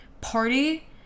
party